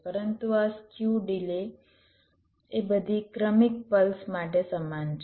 પરંતુ આ skew delay એ બધી ક્રમિક પલ્સ માટે સમાન છે